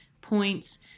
points